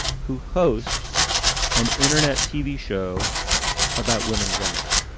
who hosts an internet tv show about women drummers.